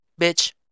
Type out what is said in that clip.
bitch